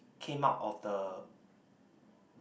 came out of the